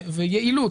ויעילות,